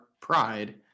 pride